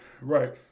Right